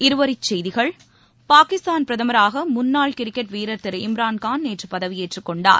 இருவரிச்செய்திகள் பாகிஸ்தான் பிரதமராக முன்னாள் கிரிக்கெட் வீரர் திரு இம்ரான்கான் நேற்று பதவியேற்றுக் கொண்டார்